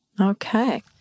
Okay